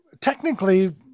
technically